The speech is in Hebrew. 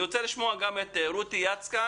אני רוצה לשמוע גם את רותי יצקן.